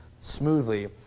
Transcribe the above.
smoothly